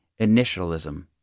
initialism